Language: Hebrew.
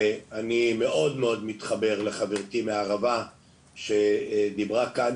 אני מתחבר מאוד לחברתי מהערבה שדיברה כאן,